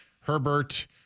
Herbert